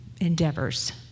endeavors